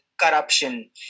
corruption